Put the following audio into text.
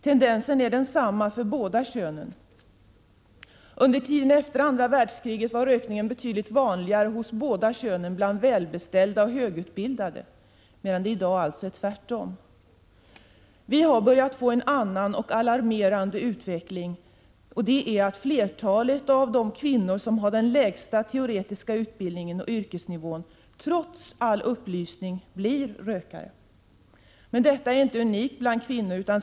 Tendensen är densamma för båda könen. Under tiden närmast efter andra världskriget var rökning betydligt vanligare hos båda könen bland välbeställda och högutbildade, medan det i dag alltså är tvärtom. Vi har börjat få en annan och mer alarmerande utveckling, nämligen att flertalet av de kvinnor, som har den lägsta teoretiska utbildningen och yrkesnivån, trots all upplysning blir rökare. Men detta är inte unikt bland kvinnor.